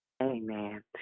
Amen